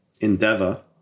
endeavor